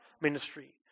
ministry